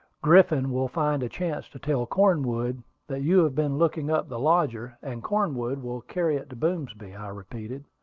griffin will find a chance to tell cornwood that you have been looking up the lodger, and cornwood will carry it to boomsby, i repeated.